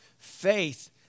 Faith